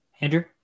Andrew